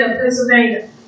Pennsylvania